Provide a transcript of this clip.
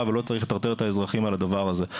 ולא צריך לטרטר את האזרחים על הדבר הזה.